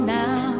now